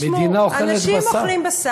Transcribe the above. תשמעו, אנשים אוכלים, מדינה אוכלת בשר.